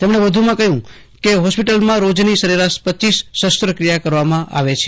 તેમણે વધુમાં કહ્યું કે હોસ્પિટલમાં રોજની સરેરાશ રપ શસ્ત્રક્રિયા કરવામાં આવે છે